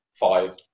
Five